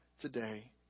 today